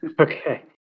Okay